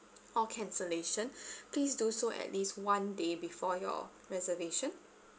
or cancellation please do so at least one day before your reservation